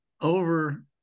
over